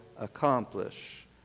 accomplish